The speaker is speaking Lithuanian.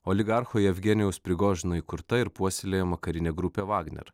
oligarcho jevgenijaus prigožino įkurta ir puoselėjama karinė grupė vagner